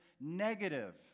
negative